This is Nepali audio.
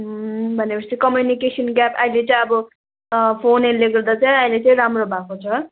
अँ भनेपछि कम्युनिकेसन ग्याप अहिले चाहिँ अब फोनहरूले गर्दा चाहिँ अहिले चाहिँ राम्रो भएको छ